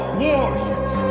warriors